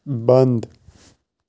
بنٛد